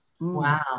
Wow